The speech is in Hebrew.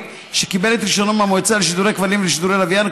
שקיבל את רישיונו מהמועצה לשידורי כבלים ולשידורי לוויין,